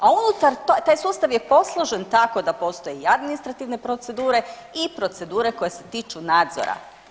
A unutar, taj sustav je posložen tako da postoje i administrativne procedure i procedure koje se tiču nadzora.